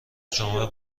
جمعه